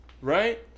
right